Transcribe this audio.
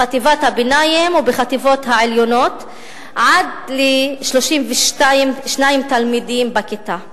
בחטיבות הביניים ובחטיבות העליונות עד 32 תלמידים בכיתה.